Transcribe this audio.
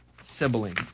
sibling